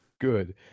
good